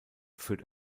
führt